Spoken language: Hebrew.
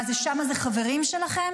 מה, שם זה חברים שלכם?